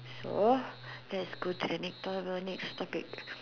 so let's go to the next to~ next topic